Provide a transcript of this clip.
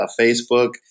Facebook